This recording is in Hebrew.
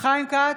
חיים כץ,